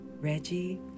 Reggie